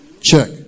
check